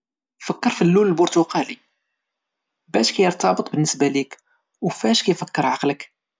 فكر فاللون البرتقالي، باش كيرتبط بالنسبة ليك وفاش كيفكرعقلك؟